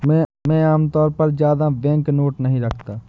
मैं आमतौर पर ज्यादा बैंकनोट नहीं रखता